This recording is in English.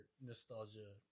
nostalgia